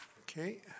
Okay